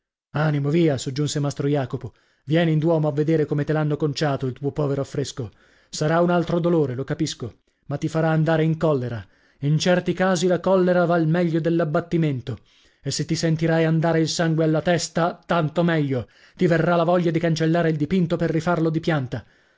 animo via soggiunse mastro jacopo vieni in duomo a vedere come te l'hanno conciato il tuo povero affresco sarà un altro dolore lo capisco ma ti farà andare in collera in certi casi la collera val meglio dell'abbattimento e se ti sentirai andare il sangue alla testa tanto meglio ti verrà la voglia di cancellare il dipinto per rifarlo di pianta